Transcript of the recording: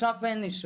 עכשיו אין אישור.